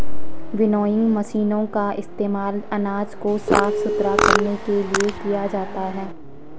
winnowing मशीनों का इस्तेमाल अनाज को साफ सुथरा करने के लिए किया जाता है